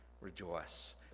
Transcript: rejoice